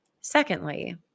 Secondly